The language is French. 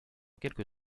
quelque